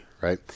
Right